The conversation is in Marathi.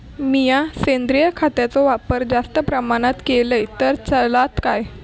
मीया सेंद्रिय खताचो वापर जास्त प्रमाणात केलय तर चलात काय?